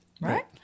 right